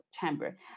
chamber